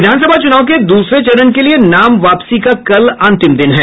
विधानसभा चूनाव के दूसरे चरण के लिये नाम वापसी का कल अंतिम दिन है